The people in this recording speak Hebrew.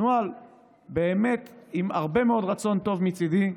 נוהל באמת עם הרבה מאוד רצון טוב מצידי.